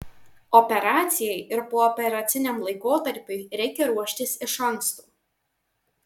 operacijai ir pooperaciniam laikotarpiui reikia ruoštis iš anksto